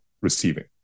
receiving